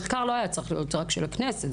מחקר לא היה צריך להיות רק של הכנסת.